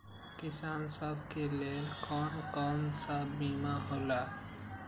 किसान सब के लेल कौन कौन सा बीमा होला?